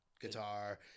guitar